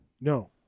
No